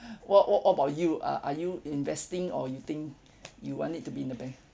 what what about you uh are you investing or you think you want it to be in the bank